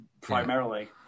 primarily